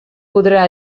podrà